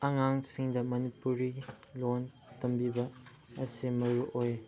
ꯑꯉꯥꯡꯁꯤꯡꯗ ꯃꯅꯤꯄꯨꯔꯤ ꯂꯣꯟ ꯇꯝꯕꯤꯕ ꯑꯁꯦ ꯃꯔꯨ ꯑꯣꯏ